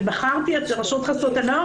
בחרתי את רשות חסות הנוער,